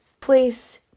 place